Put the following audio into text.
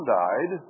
died